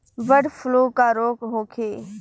Bird flu का रोग होखे?